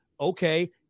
Okay